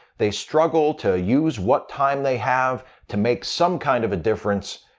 they struggle to use what time they have to make some kind of a difference,